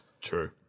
true